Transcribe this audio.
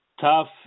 tough